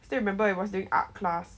still remember it was doing art class